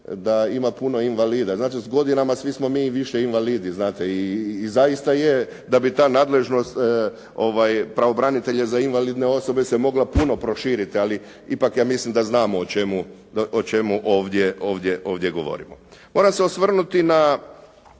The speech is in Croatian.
da ima puno invalida. Znate s godinama svi smo mi više invalidi znate i zaista je da bi ta nadležnost pravobranitelja za invalidne osobe se mogla puno proširiti, ali ipak ja mislim da znamo o čemu ovdje govorimo. Moram se osvrnuti na